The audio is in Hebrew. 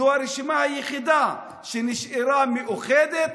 זאת הרשימה היחידה שנשארה מאוחדת,